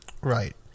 Right